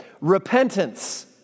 Repentance